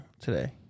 today